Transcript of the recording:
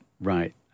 Right